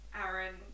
Aaron